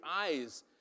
eyes